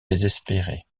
désespérée